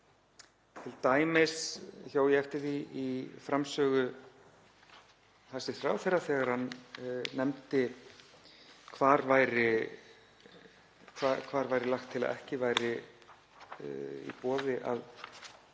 t.d. hjó ég eftir því í framsögu hæstv. ráðherra, þegar hann nefndi hvar væri lagt til að ekki væri í boði að